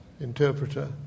interpreter